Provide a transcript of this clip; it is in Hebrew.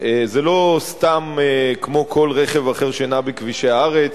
זה לא סתם כמו כל רכב אחר שנע בכבישי הארץ.